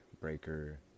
Breaker